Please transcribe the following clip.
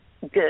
good